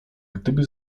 gdyby